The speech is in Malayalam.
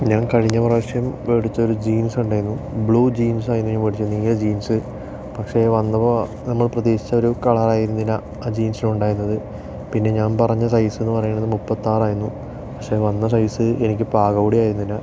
ഞാൻ കഴിഞ്ഞ പ്രാവശ്യം മേടിച്ച ഒരു ജീൻസ് ഉണ്ടായിരുന്നു ബ്ലൂ ജീൻസ് ആയിരുന്നു ഞാൻ മേടിച്ചത് എനിക്കാ ജീൻസ് പക്ഷെ വന്നപ്പോൾ നമ്മൾ പ്രതീക്ഷ ഒരു കളർ ആയിരുന്നില്ല ആ ജീൻസിൽ ഉണ്ടായിരുന്നത് പിന്നെ ഞാൻ പറഞ്ഞ സൈസ് എന്ന് പറയുന്നത് മുപ്പത്താറായിരുന്നു പക്ഷെ വന്ന സൈസ് എനിക്ക് പാകം കൂടിയായിരുന്നില്ല